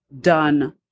done